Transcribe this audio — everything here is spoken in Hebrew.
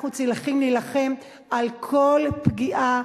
אנחנו צריכים להילחם על כל פגיעה,